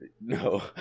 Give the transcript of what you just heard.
No